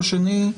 ושני,